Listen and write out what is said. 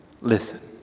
listen